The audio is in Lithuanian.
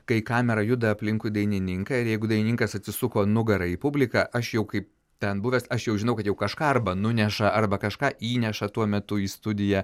kai kamera juda aplinkui dainininką ir jeigu dainininkas atsisuko nugara į publiką aš jau kaip ten buvęs aš jau žinau kad jau kažką arba nuneša arba kažką įneša tuo metu į studiją